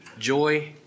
Joy